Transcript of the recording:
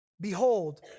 behold